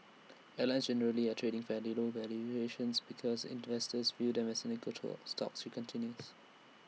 airlines generally are trading fairly low valuations because investors view them as cyclical towards stocks she continues